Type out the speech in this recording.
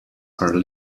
are